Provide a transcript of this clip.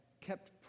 kept